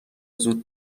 زود